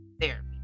therapy